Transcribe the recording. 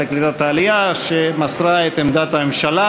העלייה והקליטה, שמסרה את עמדת הממשלה.